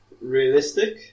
Realistic